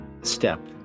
step